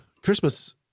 Christmas